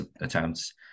attempts